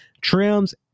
trims